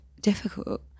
difficult